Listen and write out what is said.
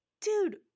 dude